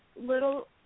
little